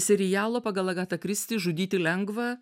serialo pagal agatą kristi žudyti lengva